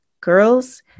girls